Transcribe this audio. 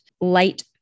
light